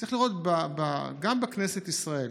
צריך לראות שגם בכנסת ישראל